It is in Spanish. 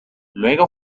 luego